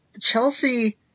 Chelsea